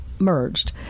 merged